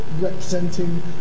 representing